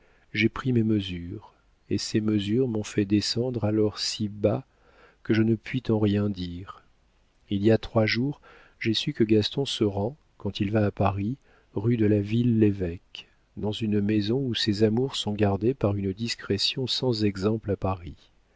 j'ai pris mes mesures et ces mesures m'ont fait descendre alors si bas que je ne puis t'en rien dire il y a trois jours j'ai su que gaston se rend quand il va à paris rue de la ville lévêque dans une maison où ses amours sont gardés par une discrétion sans exemple à paris